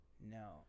No